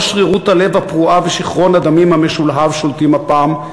לא שרירות הלב הפרועה ושיכרון הדמים המשולהב שולטים הפעם,